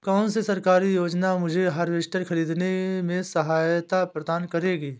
कौन सी सरकारी योजना मुझे हार्वेस्टर ख़रीदने में सहायता प्रदान करेगी?